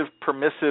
permissive